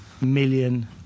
million